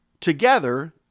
together